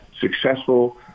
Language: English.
successful